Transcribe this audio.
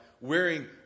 wearing